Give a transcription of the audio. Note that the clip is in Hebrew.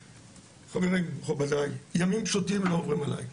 ימים פשוטים לא עוברים עלי,